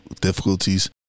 difficulties